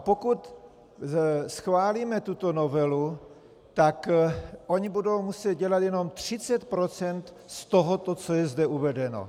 Pokud schválíme tuto novelu, tak budou muset dělat jenom 30 % z tohoto, co je zde uvedeno.